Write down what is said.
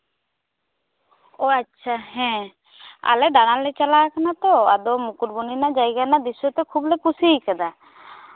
ᱚ ᱟᱪᱪᱷᱟ ᱦᱮᱸ ᱟᱞᱮ ᱫᱟᱬᱟᱱᱞᱮ ᱪᱟᱞᱟᱣ ᱠᱟᱱᱟ ᱛᱚ ᱟᱫᱚ ᱢᱩᱠᱩᱴᱢᱚᱱᱤᱯᱩᱨ ᱨᱮᱭᱟᱜ ᱫᱨᱤᱥᱥᱚᱛᱮᱜ ᱠᱷᱩᱵᱽᱞᱮ ᱠᱩᱥᱤᱭ ᱠᱟᱫᱟ